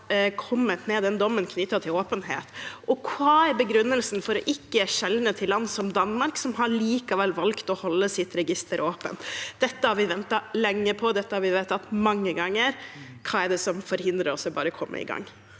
med den dommen knyttet til åpenhet? Hva er begrunnelsen for ikke å skjele til land som Danmark, som likevel har valgt å holde sitt register åpent? Dette har vi ventet lenge på, dette har vi vedtatt mange ganger. Hva er det som forhindrer oss i bare å komme i gang?